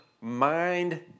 mind